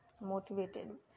motivated